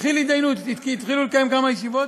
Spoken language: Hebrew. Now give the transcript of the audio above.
התחיל התדיינות, התחילו לקיים כמה ישיבות.